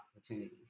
opportunities